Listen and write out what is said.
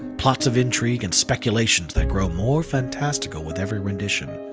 plots of intrigue and speculations that grow more fantastical with every rendition,